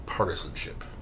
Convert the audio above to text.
Partisanship